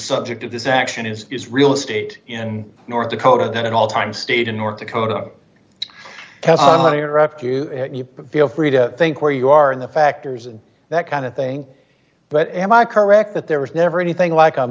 subject of this action is real estate in north dakota that at all times state in north dakota they are up to you feel free to think where you are in the factors and that kind of thing but am i correct that there was never anything like